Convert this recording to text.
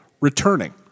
returning